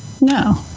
No